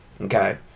okay